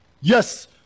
Yes